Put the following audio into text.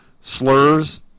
slurs